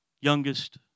Youngest